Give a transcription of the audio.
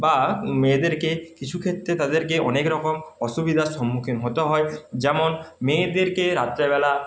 বা মেয়েদেরকে কিছু ক্ষেত্রে তাদেরকে অনেকরকম অসুবিধার সম্মুখীন হতে হয় যেমন মেয়েদেরকে রাত্রেবেলা